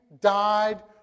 died